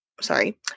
Sorry